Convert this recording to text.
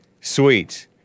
Sweet